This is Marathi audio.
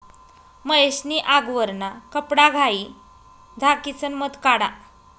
महेश नी आगवरना कपडाघाई झाकिसन मध काढा